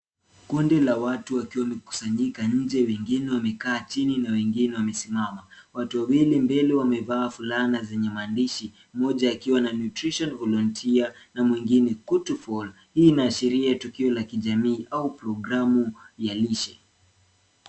Kundi la watu wakiwa waekusanyika nje wengine wamekaa chini na wengine wamesimama. Watu wawili mbele wamevaa fulana zenye maandishi mmoja akiwa na nutrition volunteer na mwengine kutufol hii ina ashiria tukio la kijamii au programu yalishe.